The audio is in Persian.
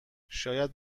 شاید